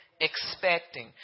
expecting